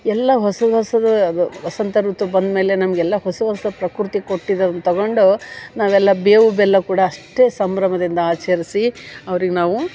ಎಲ್ಲ ಹೊಸ ಹೊಸದು ಅದು ವಸಂತ ಋತು ಬಂದ ಮೇಲೆ ನಮಗೆಲ್ಲ ಹೊಸ ಹೊಸ ಪ್ರಕೃತಿ ಕೊಟ್ಟಿದ್ದನ್ನು ತಗೊಂಡು ನಾವೆಲ್ಲ ಬೇವು ಬೆಲ್ಲ ಕೂಡ ಅಷ್ಟೇ ಸಂಭ್ರಮದಿಂದ ಆಚರಿಸಿ ಅವ್ರಿಗೆ ನಾವು